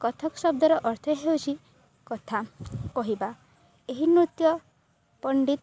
କଥକ ଶବ୍ଦର ଅର୍ଥ ହେଉଛି କଥା କହିବା ଏହି ନୃତ୍ୟ ପଣ୍ଡିତ